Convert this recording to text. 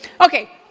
Okay